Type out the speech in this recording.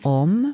om